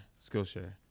Skillshare